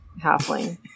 Halfling